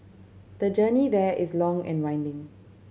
the journey there is long and winding